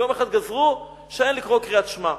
יום אחד גזרו שאין לקרוא קריאת שמע.